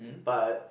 but